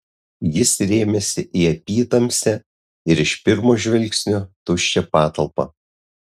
jis rėmėsi į apytamsę ir iš pirmo žvilgsnio tuščią patalpą